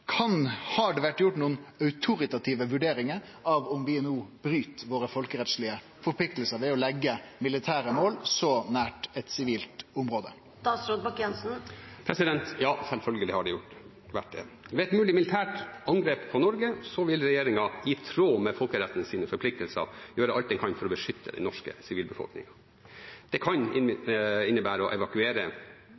om vi no bryt våre folkerettslege forpliktingar ved å leggje militære mål så nært eit sivilt område? Ja, selvfølgelig har det vært gjort. Ved et mulig militært angrep på Norge vil regjeringen i tråd med folkerettens forpliktelser gjøre alt den kan for å beskytte den norske sivilbefolkningen. Det kan